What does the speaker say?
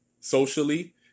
socially